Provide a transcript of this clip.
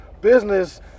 business